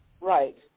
Right